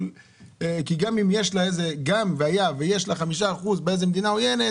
גם והיה ויש לה 5% באיזו מדינה עוינת,